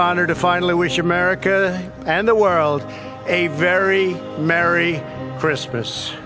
honor to finally we should america and the world a very merry christmas